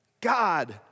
God